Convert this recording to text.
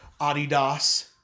Adidas